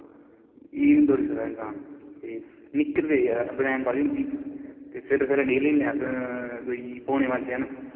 एह नेईं दौड़ी सकदा इंसान ते निक्कर ते बनेयान पाई दी होंदी ते सवेरे सवेरे निकली जन्ने होन्ने अस पौने पंज बजे कन्नै